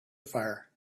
fire